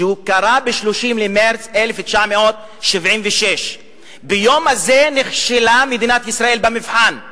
שקרה ב-30 במרס 1976. ביום הזה נכשלה מדינת ישראל במבחן,